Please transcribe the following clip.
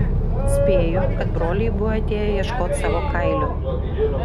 spėju kad broliai buvo atėję ieškot savo kailių